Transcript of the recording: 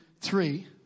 three